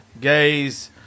gays